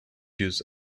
use